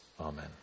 amen